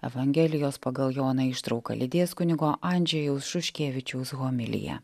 evangelijos pagal joną ištrauką lydės kunigo andžejus šuškevičiaus homilija